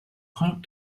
heart